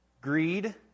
greed